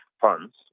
funds